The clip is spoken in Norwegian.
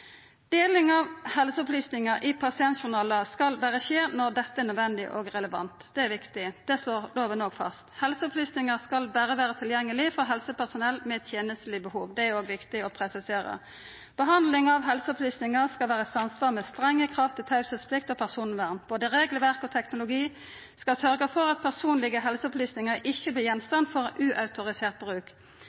Deling av helseopplysningar i pasientjournalar skal berre skje når dette er nødvendig og relevant. Det er viktig. Det slår loven òg fast. Helseopplysningar skal berre vera tilgjengelege for helsepersonell med tenesteleg behov. Det er òg viktig å presisera. Behandling av helseopplysningar skal vera i samsvar med strenge krav til teieplikt og personvern. Både regelverk og teknologi skal sørgja for at personlege helseopplysningar ikkje vert gjenstand for uautorisert bruk.